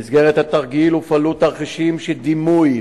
במסגרת התרגיל הופעלו תרחישים של דימוי